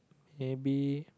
maybe